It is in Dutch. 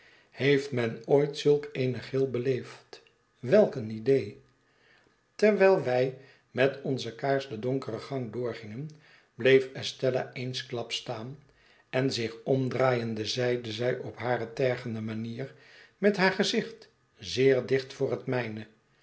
heeft men ooit zulk eene gril beleefd welk een idee terwijl wij met onze kaars den donkeren gang doorgingenbleef estella eensklaps staan en zich omdraaiende zeide zij op hare tergende manier met haar gezicht zeer dicht voor het mijne